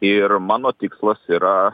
ir mano tikslas yra